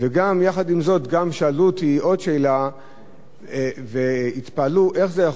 ויחד עם זאת גם שאלו אותי עוד שאלה והתפלאו איך זה יכול להיות,